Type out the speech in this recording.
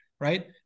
right